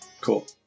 Cool